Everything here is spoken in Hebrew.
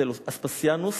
אצל אספסיאנוס,